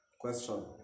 Question